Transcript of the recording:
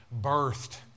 birthed